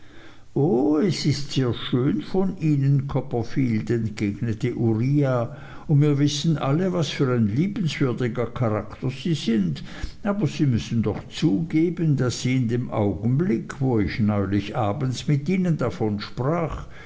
o es ist sehr schön von ihnen copperfield entgegnete uriah und mir wissen alle was für ein liebenswürdiger charakter sie sin aber sie müssen doch zugeben daß sie in dem augenblick wo ich neulich abends mit ihnen davon sprach